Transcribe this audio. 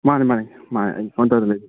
ꯃꯥꯅꯦ ꯃꯥꯅꯦ ꯃꯥꯅꯦ ꯑꯩ ꯀꯥꯎꯟꯇꯔꯗ ꯂꯩꯕꯗꯨꯅꯦ